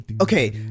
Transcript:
Okay